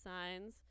signs